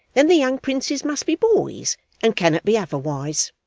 then the young princes must be boys and cannot be otherwise